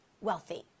wealthy